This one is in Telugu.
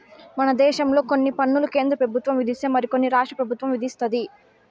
మన దేశంలో కొన్ని పన్నులు కేంద్ర పెబుత్వం విధిస్తే మరి కొన్ని రాష్ట్ర పెబుత్వం విదిస్తది